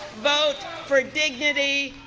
vote for dignity.